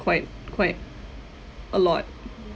quite quite a lot